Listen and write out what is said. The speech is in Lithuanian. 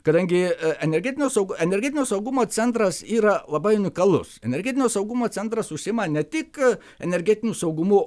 kadangi energetinio saug energetinio saugumo centras yra labai unikalus energetinio saugumo centras užsiima ne tik energetiniu saugumu